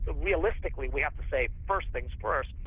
realistically we have to say first things first,